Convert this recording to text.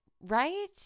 right